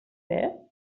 ser